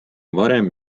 varem